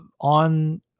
on